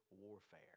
warfare